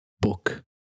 book